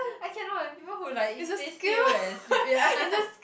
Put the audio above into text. I cannot when people who like stay still and sleep ya